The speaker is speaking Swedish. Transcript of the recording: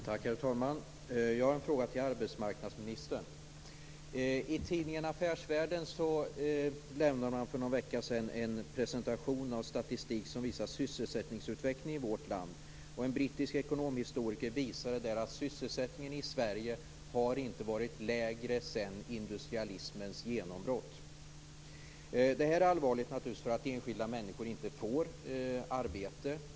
Herr talman! Jag har en fråga till arbetsmarknadsministern. I tidningen Affärsvärlden lämnades för någon vecka sedan en presentation av statistik som visar sysselsättningsutvecklingen i vårt land. En brittisk ekonomhistoriker visade där att sysselsättningen i Sverige inte har varit lägre sedan industrialismens genombrott. Detta är naturligtvis allvarligt, eftersom enskilda människor inte får arbete.